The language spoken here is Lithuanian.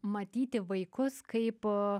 matyti vaikus kaip